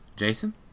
jason